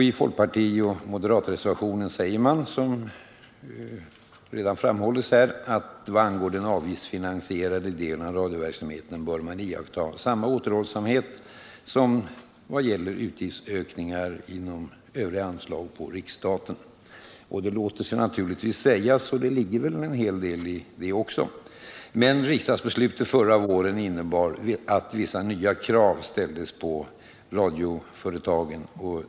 I folkpartioch moderatreservationen sägs att man, som redan framhållits här, i vad angår den avgiftsfinansierade delen av radioverksamheten bör iakttaga samma återhållsamhet i fråga om utgiftsökningar som gäller övriga anslag på riksstaten. Det låter sig naturligtvis sägas. Och det ligger naturligtvis också en hel del i detta. Men riksdagsbeslutet förra våren innebar att vissa nya krav ställdes på radioföretagen.